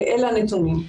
אלה הנתונים.